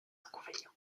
inconvénients